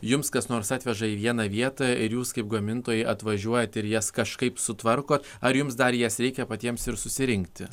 jums kas nors atveža į vieną vietą ir jūs kaip gamintojai atvažiuojat ir jas kažkaip sutvarkot ar jums dar jas reikia patiems ir susirinkti